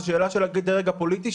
זו שאלה של הדרג הפוליטי,